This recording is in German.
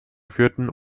führten